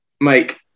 Mike